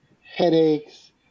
headaches